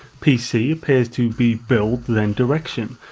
pc appears to be build then direction,